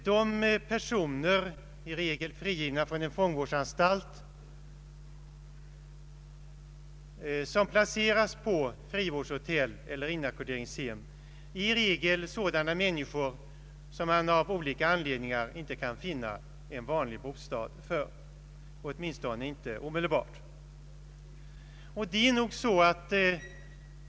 De personer, i regel frigivna från en fångvårdsanstalt, som placeras på frivårdshotell eller inackorderingshem är ofta sådana till vilka man av olika anledningar inte kan finna en vanlig bostad — åtminstone inte omedelbart.